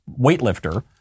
weightlifter